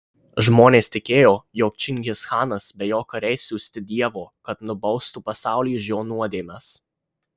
žmonės tikėjo jog čingischanas be jo kariai siųsti dievo kad nubaustų pasaulį už jo nuodėmes